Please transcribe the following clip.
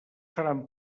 seran